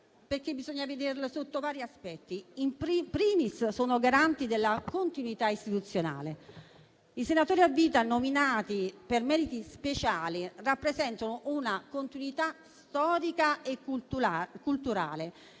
infatti vederlo sotto vari aspetti: *in primis*, sono garanti della continuità istituzionale, perché i senatori a vita nominati per meriti speciali rappresentano una continuità storica e culturale;